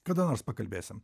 kada nors pakalbėsim